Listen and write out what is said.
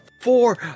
four